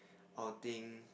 outing